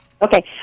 Okay